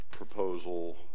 proposal